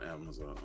Amazon